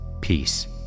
peace